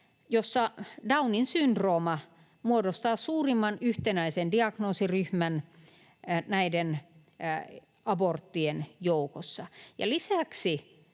jossa Downin syndrooma muodostaa suurimman yhtenäisen diagnoosiryhmän näiden aborttien joukossa. Lisäksi